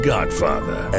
Godfather